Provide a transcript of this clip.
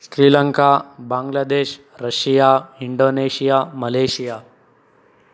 Sri Lanka Bangladesh Russia Indonesia Malaysia